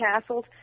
castles